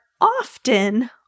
often